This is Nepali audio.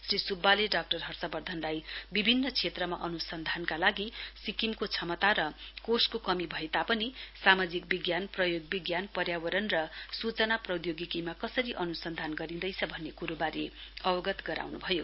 श्री स्ब्बाले डाक्टर हर्षवर्धनलाई विभिन्न क्षेत्रमा अन्सन्धानका लागि सिक्किमको श्रमता र कोषको कमी भए तापनि सामाजिक विज्ञान प्रयोग विज्ञान पर्यावरण र सूचना प्रौद्योगिकीमा कसरी अन्सन्धान गरिँदैछ भन्ने क्रोबारे अवगत गराउन्भयो